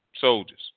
soldiers